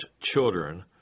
children